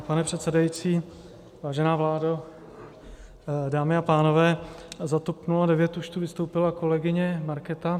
Pane předsedající, vážená vládo, dámy a pánové, za TOP 09 už tu vystoupila kolegyně Markéta.